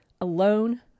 alone